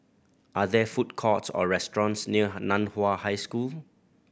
are there food courts or restaurants near Nan Hua High School